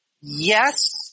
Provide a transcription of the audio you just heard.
Yes